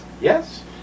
Yes